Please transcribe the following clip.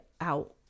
out